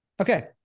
Okay